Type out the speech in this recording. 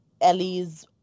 Ellie's